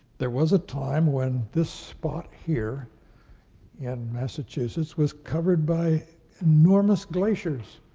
there was a time when this spot here in massachusetts was covered by enormous glaciers.